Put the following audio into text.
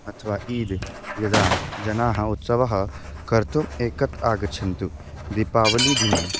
अथवा इद् यदा जनाः उत्सवः कर्तुम् एकत्र आगच्छन्तु दिपावलिदिने